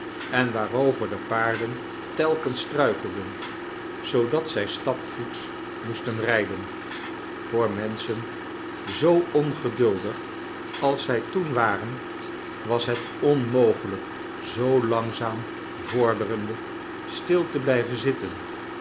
en waarover de paarden telkens struikelden zoodat zij stapvoets moesten rijden voor menschen zoo ongeduldig als zij toen waren was het onmogelijk zoo langzaam vorderende stil te blijven zitten